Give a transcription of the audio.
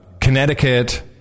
Connecticut